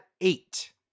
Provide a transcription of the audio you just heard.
eight